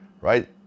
right